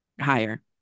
higher